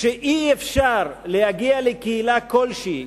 לכך שאי-אפשר להגיע לקהילה כלשהי,